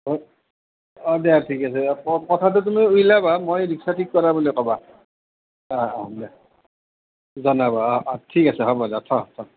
অঁ দে ঠিক আছে কথাটো তুমি উলিয়াবা মই ৰিক্সা ঠিক কৰা বুলি ক'বা অঁ অঁ দিয়া জনাবা অঁ অঁ ঠিক আছে হ'ব দে থ থ